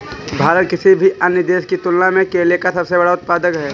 भारत किसी भी अन्य देश की तुलना में केले का सबसे बड़ा उत्पादक है